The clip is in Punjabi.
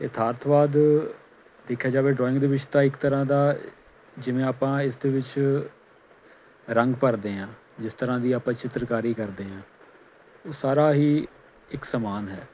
ਯਥਾਰਥਵਾਦ ਦੇਖਿਆ ਜਾਵੇ ਡਰਾਇੰਗ ਦੇ ਵਿੱਚ ਤਾਂ ਇੱਕ ਤਰ੍ਹਾਂ ਦਾ ਜਿਵੇਂ ਆਪਾਂ ਇਸ ਦੇ ਵਿੱਚ ਰੰਗ ਭਰਦੇ ਹਾਂ ਜਿਸ ਤਰ੍ਹਾਂ ਦੀ ਆਪਾਂ ਚਿੱਤਰਕਾਰੀ ਕਰਦੇ ਹਾਂ ਉਹ ਸਾਰਾ ਹੀ ਇੱਕ ਸਮਾਨ ਹੈ